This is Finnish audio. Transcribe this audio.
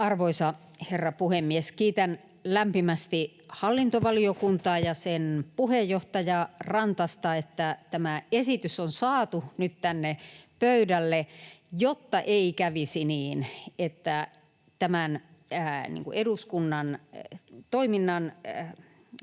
Arvoisa herra puhemies! Kiitän lämpimästi hallintovaliokuntaa ja sen puheenjohtaja Rantasta, että tämä esitys on saatu nyt tänne pöydälle, jotta ei kävisi niin, että tämä esitys jäisi